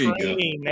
training